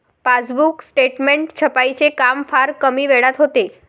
passbook statement छपाईचे काम फार कमी वेळात होते